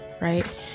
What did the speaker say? right